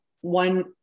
one